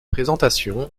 présentations